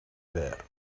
bare